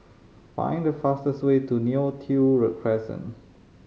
find the fastest way to Neo Tiew Crescent